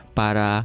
para